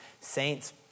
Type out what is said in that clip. Saints